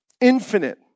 Infinite